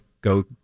go